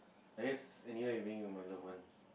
I guess anywhere being with my loved ones